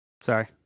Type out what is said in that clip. Sorry